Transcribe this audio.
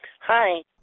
Hi